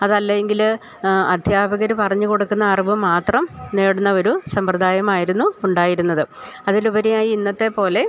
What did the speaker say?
അതല്ലെങ്കില് അധ്യാപകര് പറഞ്ഞുകൊടുക്കുന്ന അറിവു മാത്രം നേടുന്ന ഒരു സമ്പ്രദായമായിരുന്നു ഉണ്ടായിരുന്നത് അതിലുപരിയായി ഇന്നത്തെ പോലെ